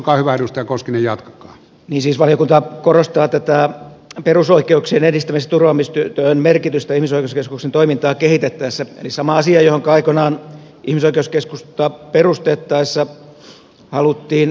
niin siis valiokunta korostaa tätä perusoikeuksien edistämis ja turvaamistyön merkitystä ihmisoikeuskeskuksen toimintaa kehitettäessä eli kyseessä on sama asia johonka aikoinaan ihmisoikeuskeskusta perustettaessa haluttiin panostaa